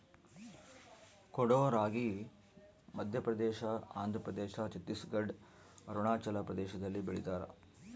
ಕೊಡೋ ರಾಗಿ ಮಧ್ಯಪ್ರದೇಶ ಆಂಧ್ರಪ್ರದೇಶ ಛತ್ತೀಸ್ ಘಡ್ ಅರುಣಾಚಲ ಪ್ರದೇಶದಲ್ಲಿ ಬೆಳಿತಾರ